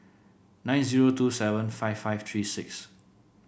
nine zero two seven five five three six